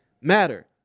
matter